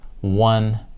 one